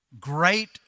great